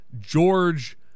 George